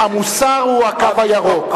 המוסר הוא "הקו הירוק".